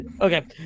Okay